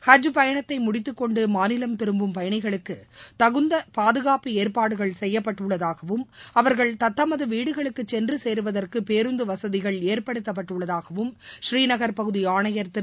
ஹஜ் பயணத்தை முடித்துக்கொண்டு மாநிலம் திரும்பும் பயணிகளுக்கு தகுந்த பாதுகாப்பு ஏற்பாடுகள் செய்யப்பட்டுள்ளதாகவும் அவர்கள் தத்தமது வீடுகளுக்கு சென்று சேருவதற்கு பேருந்து வசதிகள் ஏற்படுத்தப்பட்டுள்ளதாகவும் ஸ்ரீநகர் பகுதி ஆணையர் திரு